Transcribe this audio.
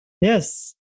Yes